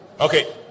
Okay